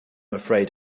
afraid